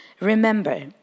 Remember